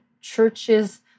churches